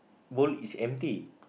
bowl is empty